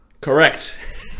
correct